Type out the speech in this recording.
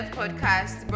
podcast